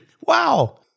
Wow